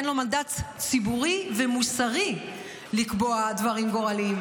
אין לו מנדט ציבורי ומוסרי לקבוע דברים גורליים.